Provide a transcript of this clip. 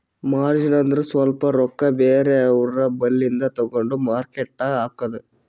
margin ಅಂದುರ್ ಸ್ವಲ್ಪ ರೊಕ್ಕಾ ಬೇರೆ ಅವ್ರ ಬಲ್ಲಿಂದು ತಗೊಂಡ್ ಮಾರ್ಕೇಟ್ ನಾಗ್ ಹಾಕದ್